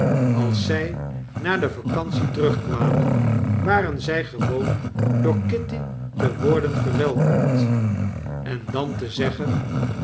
als zjj na de vacantie terugkwamen waren zy gewoon door kitty te worden verwelkomd en dan te zeggen